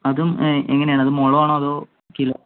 അതും എങ്ങനെയാണ് അത് മുഴുവൻ ആണോ അതോ കിലോ